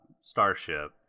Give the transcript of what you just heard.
starship